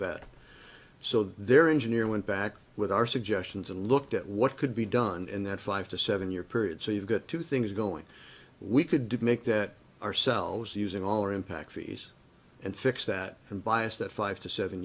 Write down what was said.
bad so there engineer went back with our suggestions and looked at what could be done in that five to seven year period so you've got two things going we could make that ourselves using all or impact fees and fix that and bias that five to seven